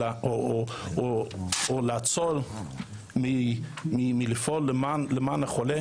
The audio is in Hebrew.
או לעצור מלפעול למען החולה.